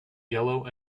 yellow